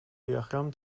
diagram